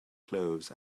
clothes